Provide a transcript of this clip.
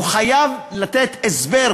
הוא חייב לתת הסבר